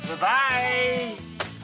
Bye-bye